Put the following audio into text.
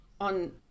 on